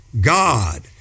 God